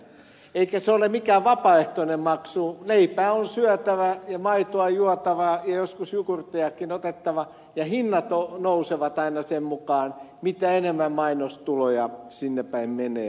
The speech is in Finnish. eikä se ole mikään vapaaehtoinen maksu leipää on syötävä ja maitoa juotava ja joskus jukurttiakin otettava ja hinnat nousevat aina sen mukaan mitä enemmän mainostuloja sinnepäin siis televisiolle menee